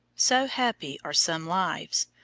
so happy are some lives,